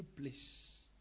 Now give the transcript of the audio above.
place